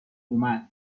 اومد